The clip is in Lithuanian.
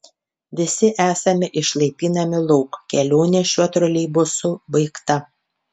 visi esame išlaipinami lauk kelionė šiuo troleibusu baigta